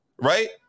right